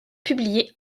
publié